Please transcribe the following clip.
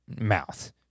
mouth